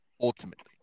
ultimately